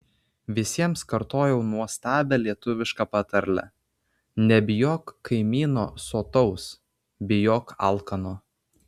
visiems kartojau nuostabią lietuvišką patarlę nebijok kaimyno sotaus bijok alkano